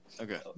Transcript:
Okay